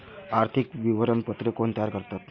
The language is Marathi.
आर्थिक विवरणपत्रे कोण तयार करतात?